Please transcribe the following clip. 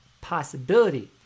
possibility